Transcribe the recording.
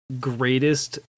greatest